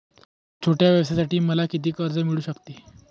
छोट्या व्यवसायासाठी मला किती कर्ज मिळू शकते?